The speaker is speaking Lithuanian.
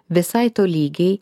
visai tolygiai